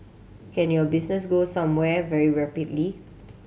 can your business go somewhere very rapidly